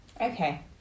Okay